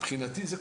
מבחינתי זה,